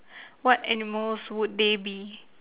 what animals would they be